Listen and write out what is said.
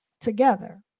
together